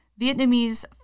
Vietnamese